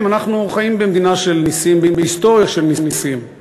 בסוף חוזרים לשלם את זה.